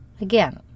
Again